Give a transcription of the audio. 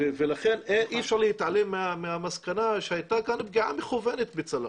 ולכן אי אפשר להתעלם מהמסקנה שהייתה כאן פגיעה מכוונת בצלם,